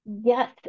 Yes